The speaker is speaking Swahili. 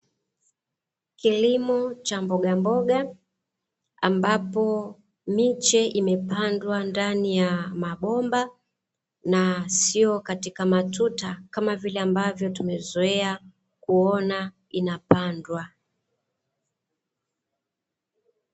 Kilimo cha mbogamboga, ambapo miche imepandwa ndani ya mabomba na sio katika matuta, kama vile ambavyo tumezoea kuona inapandwa.